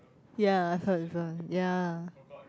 ye so this one ye